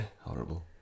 Horrible